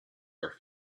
are